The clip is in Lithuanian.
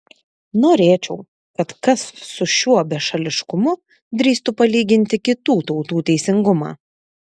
norėčiau kad kas su šiuo bešališkumu drįstų palyginti kitų tautų teisingumą